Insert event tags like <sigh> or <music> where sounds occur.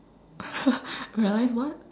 <laughs> I realize what